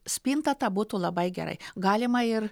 spinta ta būtų labai gerai galima ir